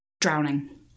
Drowning